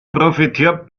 profitiert